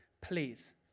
Please